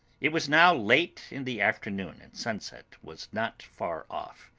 it was now late in the afternoon, and sunset was not far off.